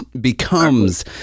becomes